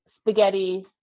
spaghetti